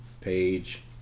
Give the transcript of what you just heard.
page